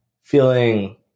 feeling